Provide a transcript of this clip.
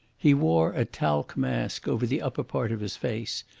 he wore a talc mask over the upper part of his face,